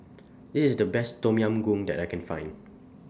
This IS The Best Tom Yam Goong that I Can Find